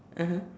(uh huh)